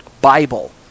Bible